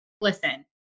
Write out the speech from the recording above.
listen